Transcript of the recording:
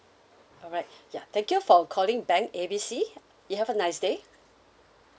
alright ya thank you for calling bank A B C you have a nice day